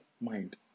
mind